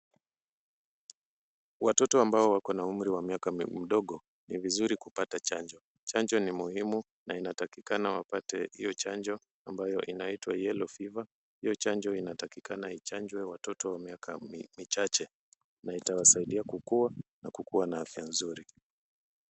Watoto ambao wako na umri wa miaka mdomo ni vizuri kupata chanjo. Chanjo ni muhimu na inatakikana wapate hiyo chanjo ambayo inaitwa yelloe fever . Hiyo chanjo inatakikana ichanjwe watoto wa miaka michache na itawasaidia kukua na kukua na afya nzuri.